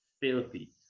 Filthy